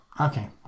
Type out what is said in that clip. okay